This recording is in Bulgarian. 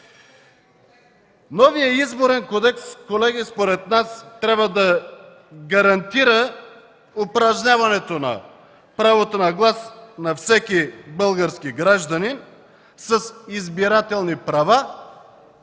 Новият Изборен кодекс, колеги, според нас трябва да гарантира упражняването на правото на глас на всеки български гражданин с избирателни права,